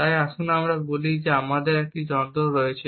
তাই আসুন আমরা বলি যে আমাদের কাছে একটি যন্ত্র রয়েছে